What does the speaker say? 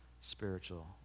spiritual